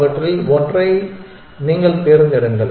அவற்றில் ஒன்றை நீங்கள் தேர்ந்தெடுங்கள்